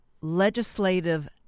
legislative